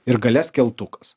ir gale skeltukas